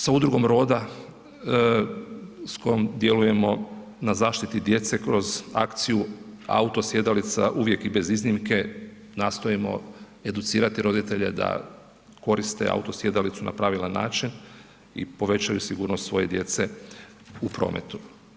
Sa Udrugom Roda s kojom djelujemo na zaštiti djece kroz akciju autosjedalica uvijek i bez iznimke nastojimo educirati roditelje da koriste autosjedalicu na pravilan način i povećaju sigurnost svoje djece u prometu.